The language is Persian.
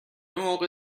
موقع